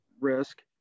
risk